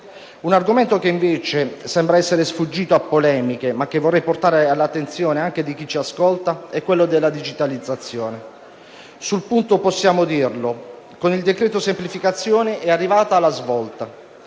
Un argomento che, invece, sembra essere sfuggito alle polemiche, ma che vorrei portare all'attenzione anche di chi ci ascolta, riguarda la digitalizzazione. Sul punto possiamo dire che con il decreto-legge semplificazioni è arrivata la svolta.